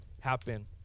happen